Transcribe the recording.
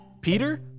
Peter